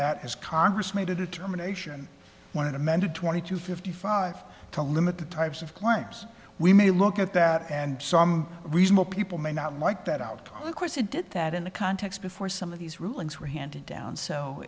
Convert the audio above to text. that is congress made a determination when it amended twenty to fifty five to limit the types of claims we may look at that and some reasonable people may not like that out of course it did that in the context before some of these rulings were handed down so